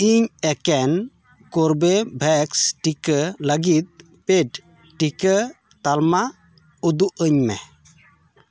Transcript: ᱤᱧ ᱮᱠᱮᱱ ᱠᱳᱨᱵᱷᱮᱵᱷᱮᱠᱥ ᱴᱤᱠᱟᱹ ᱞᱟᱹᱜᱤᱫ ᱯᱮᱹᱰ ᱴᱤᱠᱟᱹ ᱛᱟᱞᱢᱟ ᱩᱫᱩᱜ ᱟᱹᱧ ᱢᱮ